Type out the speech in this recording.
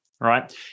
right